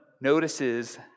notices